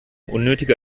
unnötiger